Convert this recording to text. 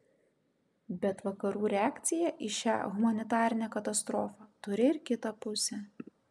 bet vakarų reakcija į šią humanitarinę katastrofą turi ir kitą pusę